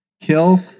Kill